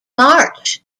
march